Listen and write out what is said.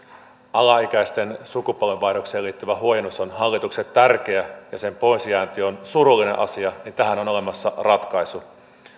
alaikäisten sukupolvenvaihdokseen liittyvä huojennus on hallitukselle tärkeä ja sen poisjäänti on surullinen asia niin tähän on olemassa ratkaisu